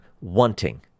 wanting